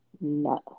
No